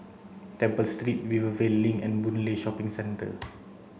Temple Street Rivervale Link and Boon Lay Shopping Centre